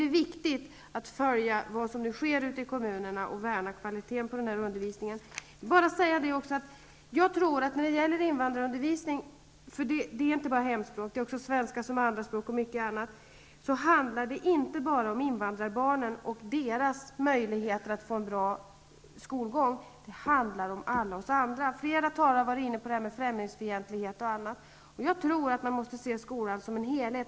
Det är nu viktigt att följa vad som sker ute i kommunerna och värna om kvaliteten på hemspråksundervisningen. När det gäller invandrarundervisning, och då inte bara hemspråk utan också svenska som andra språk och mycket annat, handlar det inte bara om invandrarbarnen och deras möjligheter att få en bra skolgång. Det handlar också om alla oss andra. Flera av de tidigare talarna har t.ex. varit inne på detta med främlingsfientlighet.